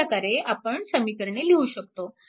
अशा प्रकारे आपण समीकरणे लिहू शकतो